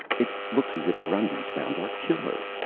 it looks as if grundy's found our killer!